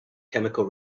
chemical